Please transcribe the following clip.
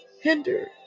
hinder